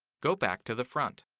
go back to the front.